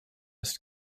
ist